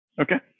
Okay